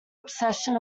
obsession